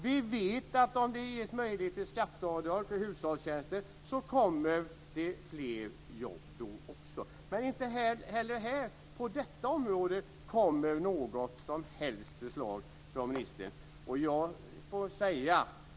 Vi vet att om det ges möjlighet till skatteavdrag för hushållstjänster kommer det också fler jobb. Men inte heller på detta område kommer något som helst förslag från ministern.